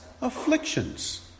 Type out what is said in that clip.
afflictions